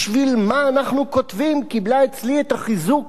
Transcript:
בשביל מה אנחנו כותבים, קיבלה אצלי את החיזוק